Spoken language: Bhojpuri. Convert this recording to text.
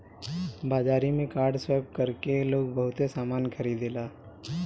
बाजारी में कार्ड स्वैप कर के लोग बहुते सामना खरीदेला